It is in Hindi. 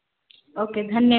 ओके धन्य